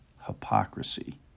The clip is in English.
hypocrisy